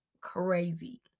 crazy